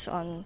on